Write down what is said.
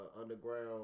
underground